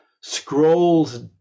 scrolls